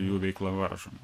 jų veikla varžoma